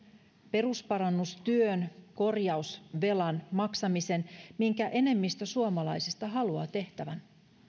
perusparannustyön korjausvelan maksamisen minkä enemmistö suomalaisista haluaa tehtävän